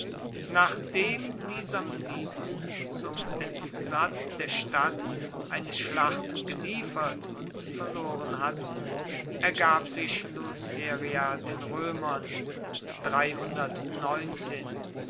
nachdem die samniten zum entsatz der stadt eine schlacht geliefert und verloren hatten ergab sich luceria den roemern